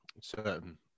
certain